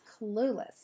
clueless